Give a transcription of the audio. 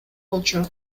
болчу